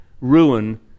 ruin